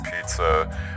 pizza